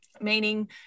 meaning